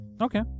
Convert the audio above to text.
Okay